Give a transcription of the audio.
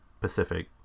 Pacific